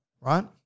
right